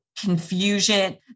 confusion